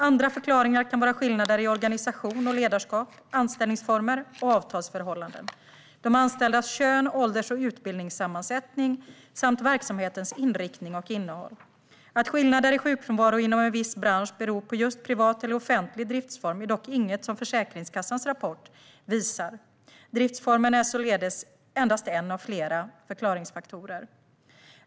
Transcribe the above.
Andra förklaringar kan vara skillnader i organisation och ledarskap, anställningsformer och avtalsförhållanden, de anställdas köns-, ålders och utbildningssammansättning samt verksamhetens inriktning och innehåll. Att skillnader i sjukfrånvaro inom en viss bransch beror på just privat eller offentlig driftsform är dock inget som Försäkringskassans rapport visar. Driftsformen är således endast en av flera förklaringsfaktorer.